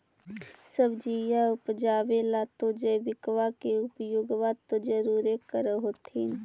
सब्जिया उपजाबे ला तो जैबिकबा के उपयोग्बा तो जरुरे कर होथिं?